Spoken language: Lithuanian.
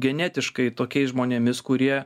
genetiškai tokiais žmonėmis kurie